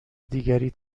دیگری